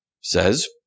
says